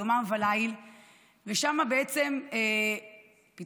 יומם וליל ושם בעצם פיתחתי,